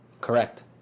Correct